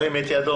מי נגד?